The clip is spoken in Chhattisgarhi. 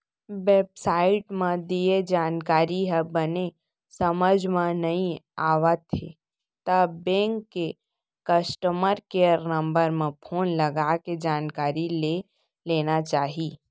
बेब साइट म दिये जानकारी ह बने समझ म नइ आवत हे त बेंक के कस्टमर केयर नंबर म फोन लगाके जानकारी ले लेना चाही